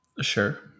Sure